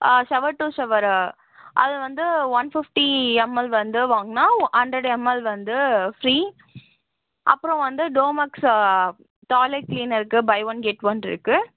shower to shower அது வந்து one fifty ML வந்து வாங்கினா ஹண்ட்ரட் எம்எல் வந்து ஃப்ரீ அப்புறம் வந்து டோமெக்ஸ் டாய்லெட் கிளீனருக்கு பை ஒன் கெட் இருக்குது